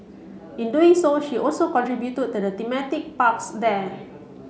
in doing so she also contributed to the thematic parks there